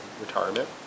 retirement